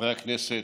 חברי הכנסת,